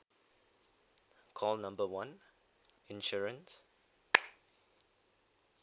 call number one insurance